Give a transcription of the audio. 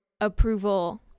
approval